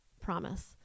promise